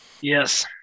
yes